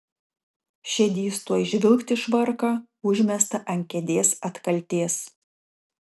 šedys tuoj žvilgt į švarką užmestą ant kėdės atkaltės